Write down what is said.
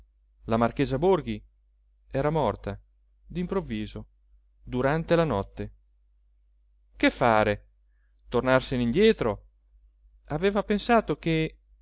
la marchesa borghi era morta d'improvviso durante la notte che fare tornarsene indietro aveva pensato che